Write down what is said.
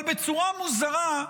אבל בצורה מוזרה,